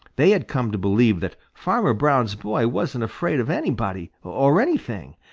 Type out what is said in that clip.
they had come to believe that farmer brown's boy wasn't afraid of anybody or anything,